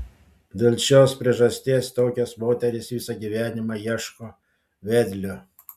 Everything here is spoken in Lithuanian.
dėl šios priežasties tokios moterys visą gyvenimą ieško vedlio